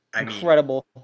Incredible